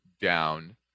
down